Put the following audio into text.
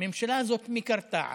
הממשלה הזאת מקרטעת,